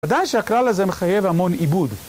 ודאי שהכלל הזה מחייב המון עיבוד.